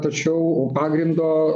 tačiau pagrindo